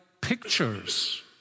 pictures